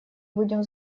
будем